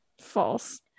False